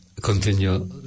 continue